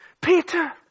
Peter